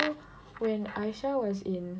so when Aisyah was in